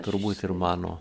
turbūt ir mano